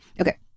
Okay